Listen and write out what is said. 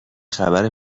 خبر